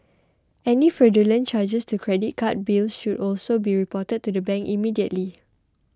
any fraudulent charges to credit card bills should also be reported to the bank immediately